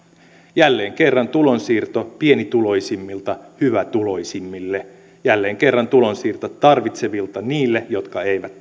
jälleen kerran tulonsiirto pienituloisimmilta hyvätuloisimmille jälleen kerran tulonsiirto tarvitsevilta niille jotka eivät